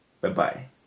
Bye-bye